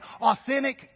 authentic